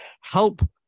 help